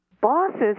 Bosses